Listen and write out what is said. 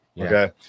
Okay